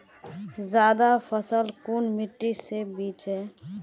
ज्यादा फसल कुन मिट्टी से बेचे?